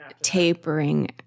tapering